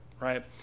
right